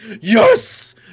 Yes